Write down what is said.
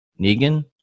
negan